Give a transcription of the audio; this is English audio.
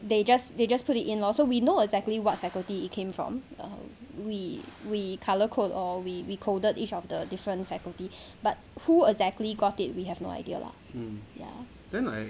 they just they just put it in lor so we know exactly what faculty it came from uh we we colour code or we coded each of the different faculty but who exactly got it we have no idea lah ya